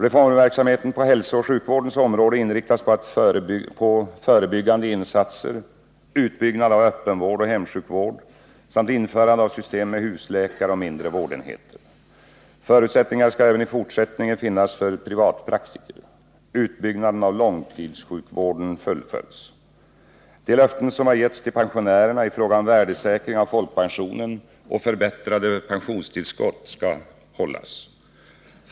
Reformverksamheten på hälsooch sjukvårdens område inriktas på förebyggande insatser, utbyggnad av öppenvård och hemsjukvård samt införande av system med husläkare och mindre vårdenheter. Förutsättningar skall även i fortsättningen finnas för privatpraktiker. Utbyggnaden av långtidssjukvården fullföljs. De löften som har givits till pensionärerna i fråga om värdesäkring av folkpensionen och förbättrade pensionstillskott skall hållas.